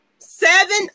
Seven